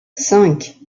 cinq